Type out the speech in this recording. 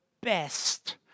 best